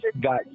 got